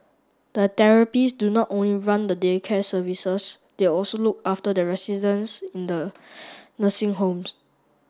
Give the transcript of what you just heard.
the therapist do not only run the day care services they also look after the residents in the nursing homes